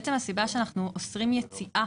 הסיבה שאנחנו אוסרים יציאה